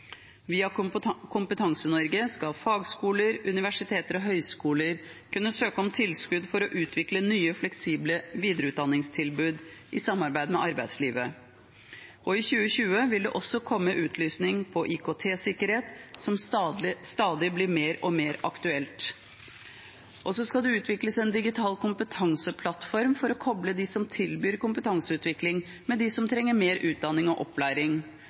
Via Kompetanse Norge skal fagskoler, universiteter og høyskoler kunne søke om tilskudd for å utvikle nye fleksible videreutdanningstilbud i samarbeid med arbeidslivet. I 2020 vil det også komme utlysning på IKT-sikkerhet, som stadig blir mer og mer aktuelt. Så skal det utvikles en digital kompetanseplattform for å koble dem som tilbyr kompetanseutvikling, med dem som trenger mer utdanning og opplæring.